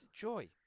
joy